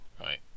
right